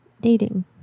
dating